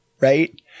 right